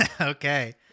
Okay